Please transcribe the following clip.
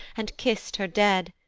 and kiss'd her dead,